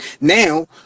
now